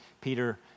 Peter